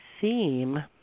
Theme